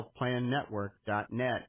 healthplannetwork.net